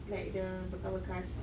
like the bekas-bekas